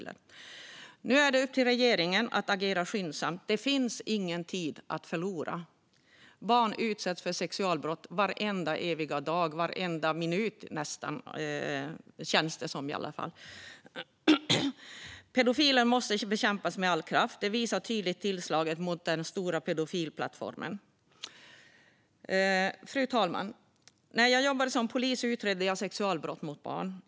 Nu är det upp till regeringen att agera skyndsamt. Det finns ingen tid att förlora. Barn utsätts för sexualbrott varenda dag och varenda minut, känns det som i alla fall. Pedofiler måste bekämpas med all kraft. Detta visar tydligt tillslaget mot den stora pedofilplattformen. Fru talman! När jag jobbade som polis utredde jag sexualbrott mot barn.